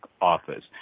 office